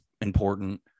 important